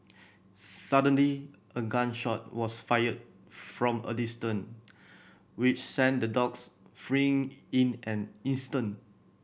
suddenly a gun shot was fired from a distance which sent the dogs fleeing in an instant